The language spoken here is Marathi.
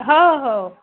हो हो